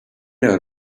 out